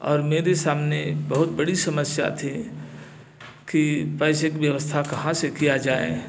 और मेरे सामने बहुत बड़ी समस्या थी कि पैसे की व्यवस्था कहाँ से किया जाए